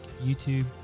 YouTube